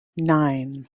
nine